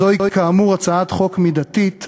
זוהי כאמור הצעת חוק מידתית,